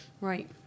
Right